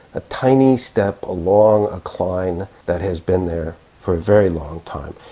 a tiny step along a cline that has been there for a very long time.